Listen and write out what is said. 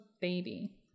baby